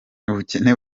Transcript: ubukene